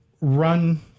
run